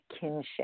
kinship